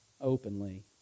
openly